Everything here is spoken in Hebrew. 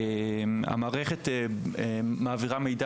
המערכת מעבירה מידע